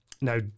Now